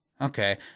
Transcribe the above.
Okay